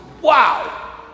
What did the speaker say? wow